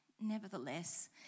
Nevertheless